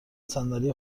صندلی